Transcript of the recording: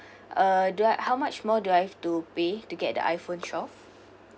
uh do I how much more do I have to pay to get the iphone twelve